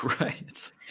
Right